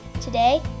Today